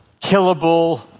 killable